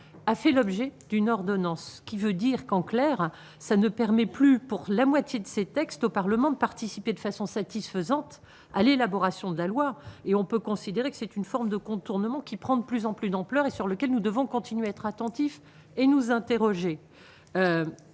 a fait l'objet d'une ordonnance qui veut dire qu'en clair ça ne permet plus, pour la moitié de ces textes au Parlement de participer de façon satisfaisante à l'élaboration de la loi et on peut considérer que c'est une forme de contournement qui prend de plus en plus d'ampleur et sur lequel nous devons continuer à être attentifs et nous interroger